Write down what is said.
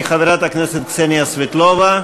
היא חברת הכנסת קסניה סבטלובה,